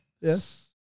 Yes